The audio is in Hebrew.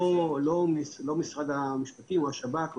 לא משרד המשפטים או השב"כ.